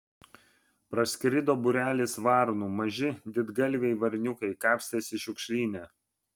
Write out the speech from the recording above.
praskrido būrelis varnų maži didgalviai varniukai kapstėsi šiukšlyne